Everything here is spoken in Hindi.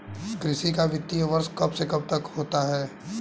कृषि का वित्तीय वर्ष कब से कब तक होता है?